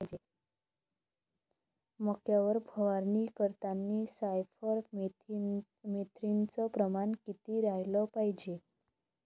मक्यावर फवारनी करतांनी सायफर मेथ्रीनचं प्रमान किती रायलं पायजे?